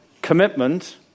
Commitment